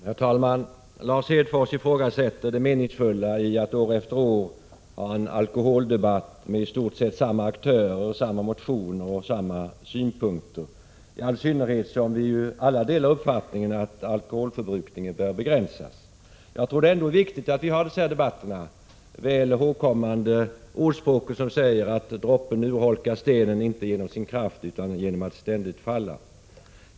Herr talman! Lars Hedfors ifrågasätter det meningsfulla i att år efter år föra en alkoholpolitisk debatt med i stort sett samma aktörer, samma motioner och samma synpunkter, i all synnerhet som vi alla delar uppfattningen att alkoholförbrukningen bör begränsas. Jag tror att det ändå är viktigt att vi för dessa debatter, väl ihågkommande ordspråket som säger att droppen urholkar stenen inte genom sin kraft utan genom att ständigt falla.